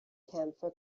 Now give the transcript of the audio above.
camphor